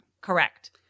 Correct